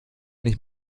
nicht